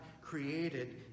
created